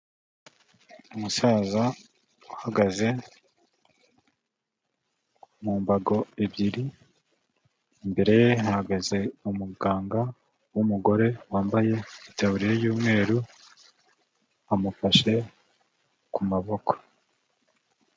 Umusaza uhagaze mu mbago ebyiri, imbere ye hahagaze umuganga w'umugore wambaye itaburiya y'umweru, amufashe ku maboko.